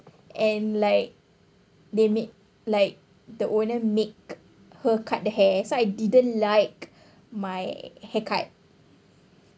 and like they make like the owner make her cut the hair so I didn't like my haircut